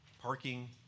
Parking